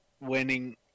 winning